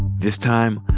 this time,